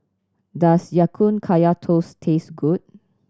does Ya Kun Kaya Toast taste good